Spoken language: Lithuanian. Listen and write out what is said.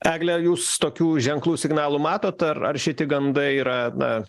egle jūs tokių ženklų signalų matot ar ar šiti gandai yra na